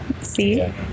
See